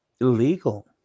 illegal